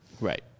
Right